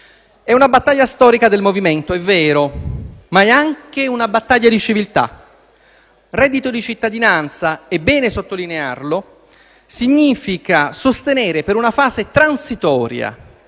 è una battaglia storica del Movimento, è vero, ma è anche una battaglia di civiltà. Reddito di cittadinanza - è bene sottolinearlo - significa sostenere, per una fase transitoria,